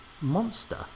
monster